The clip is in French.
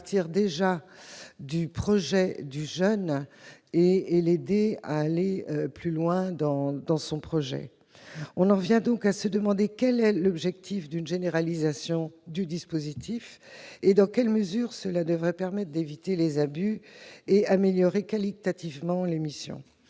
partir du projet du jeune et aider celui-ci à aller plus loin dans son projet. On en vient donc à se demander quel est l'objectif d'une généralisation du dispositif et dans quelle mesure cela devrait permettre d'éviter les abus et d'améliorer qualitativement les missions.